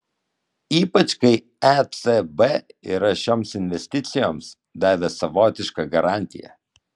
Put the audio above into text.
ypač kai ecb yra šioms investicijoms davęs savotišką garantiją